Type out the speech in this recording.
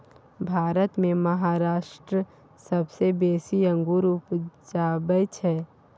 भारत मे महाराष्ट्र सबसँ बेसी अंगुर उपजाबै छै